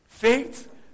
Faith